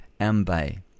Ambe